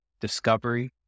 discovery